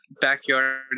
backyard